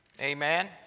Amen